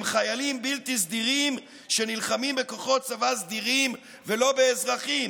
הם חיילים בלתי סדירים שנלחמים בכוחות צבא סדירים ולא באזרחים.